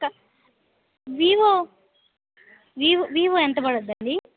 Vivo Vivo Vivo ఎంత పడుతుందండి